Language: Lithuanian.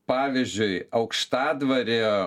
pavyzdžiui aukštadvario